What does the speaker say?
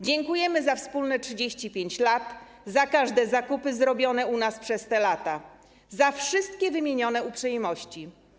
Dziękujemy za wspólne 35 lat, za każde zakupy zrobione u nas przez te lata, za wszystkie wymienione uprzejmości.